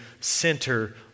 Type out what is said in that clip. center